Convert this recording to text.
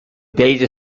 beta